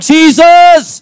Jesus